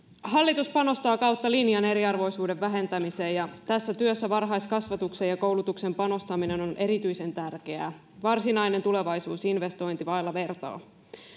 hallitus panostaa kautta linjan eriarvoisuuden vähentämiseen ja tässä työssä varhaiskasvatukseen ja koulutukseen panostaminen on erityisen tärkeää varsinainen tulevaisuusinvestointi vailla vertaa